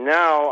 now